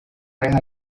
reja